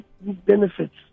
benefits